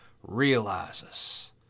realizes